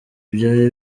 byari